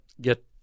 get